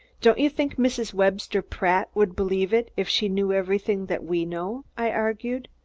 don't you think mrs. webster pratt would believe it, if she knew everything that we know? i argued.